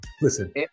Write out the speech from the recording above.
Listen